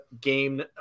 game